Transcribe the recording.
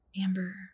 Amber